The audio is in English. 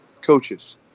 Coaches